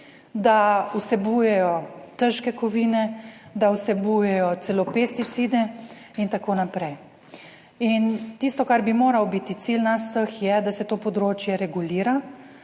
Da vsebujejo težke kovine, da vsebujejo celo pesticide in tako naprej. In tisto, kar bi moral biti cilj nas vseh je, da se to področje regulira,